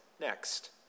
next